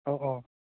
অঁ অঁ